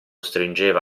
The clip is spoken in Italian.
stringeva